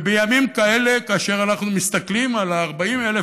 ובימים כאלה, כאשר אנחנו מסתכלים על 40,000